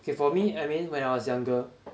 okay for me I mean when I was younger